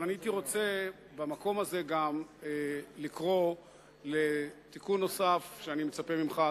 אבל אני הייתי רוצה במקום הזה לקרוא לתיקון נוסף שאני מצפה ממך,